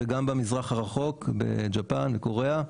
וגם במזרח הרחוק ביפן וקוריאה,